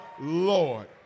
Lord